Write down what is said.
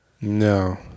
no